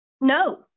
No